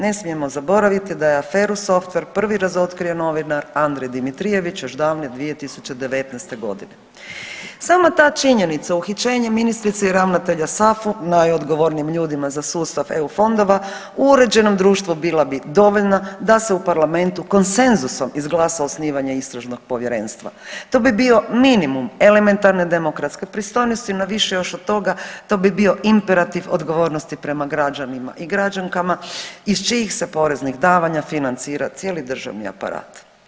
Ne smijemo zaboraviti da je aferu Softver prvi razotkrio novinar Andrej Dimitrijević još davne 2019.g. Sama ta činjenica uhićenje ministrice i ravnatelja SAFU najodgovornijim ljudima za sustav eu fondova u uređenom društvu bila bi dovoljna da se u parlamentu konsenzusom izglasa osnivanje istražnog povjerenstva, to bi bio minimum elementarne demokratske pristojnosti, no više još od toga, to bi bio imperativ odgovornosti prema građanima i građankama iz čijih se poreznih davanja financira cijeli državni aparat.